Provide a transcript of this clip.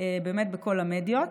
באמת בכל המדיות.